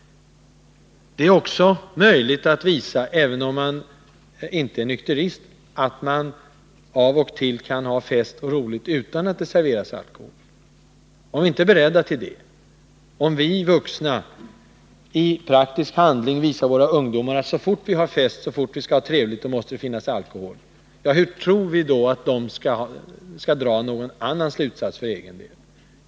För det andra är det också, även om man inte är nykterist, möjligt att visa att man av och till kan ha fest och ha roligt utan att det serveras alkohol. Om vi inte är beredda till det, utan om vi vuxna i praktisk handling visar våra ungdomar att så fort vi har fest, så fort vi skall ha trevligt, måste det finnas alkohol, hur kan vi då tro att de unga skall dra någon annan slutsats för egen del?